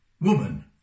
Woman